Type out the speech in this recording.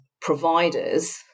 providers